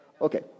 Okay